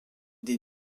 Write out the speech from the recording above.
des